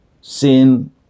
Sin